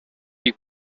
you